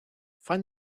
find